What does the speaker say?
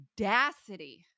audacity